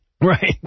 Right